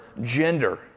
gender